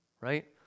right